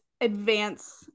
Advance